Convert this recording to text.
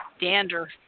dander